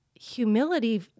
humility